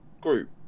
group